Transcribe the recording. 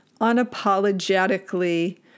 unapologetically